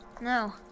no